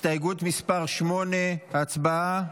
הסתייגות מס' 8, הצבעה.